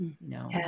No